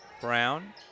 Brown